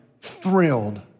thrilled